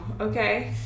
okay